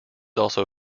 also